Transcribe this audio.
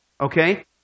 Okay